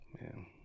man